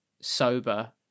sober